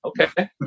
okay